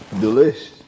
delicious